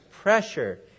pressure